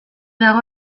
dago